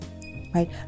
Right